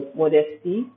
modesty